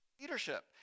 leadership